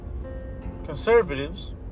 Conservatives